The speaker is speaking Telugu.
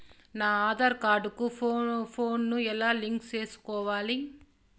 నా ఆధార్ కార్డు కు ఫోను ను ఎలా లింకు సేసుకోవాలి?